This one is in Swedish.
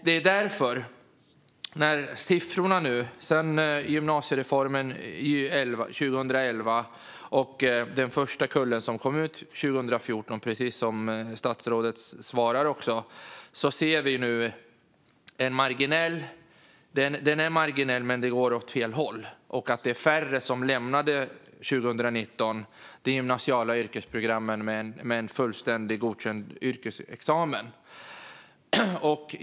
I siffrorna sedan gymnasiereformen 2011 - och den första kullen, som kom ut 2014, precis som statsrådet sa - ser vi att det går åt fel håll, om än marginellt, och att det var färre som 2019 lämnade de gymnasiala yrkesprogrammen med en fullständig och godkänd yrkesexamen.